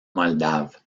moldave